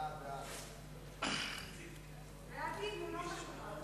ההצעה להעביר את